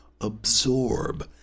absorb